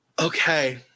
okay